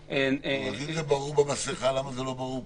אם זה ברור במסכה למה זה לא ברור פה?